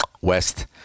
west